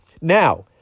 Now